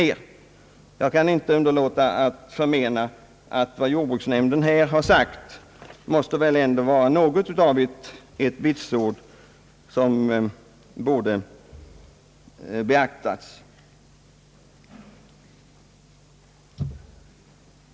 Jag kan inte underlåta att säga, att vad jordbruksnämnden här uttalat väl ändå måste vara något av ett vitsord som borde beaktas.